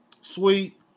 Sweet